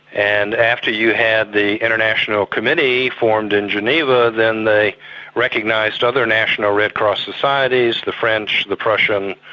and after you had the international committee, formed in geneva, then they recognised other national red cross societies, the french, the prussian,